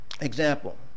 example